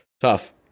Tough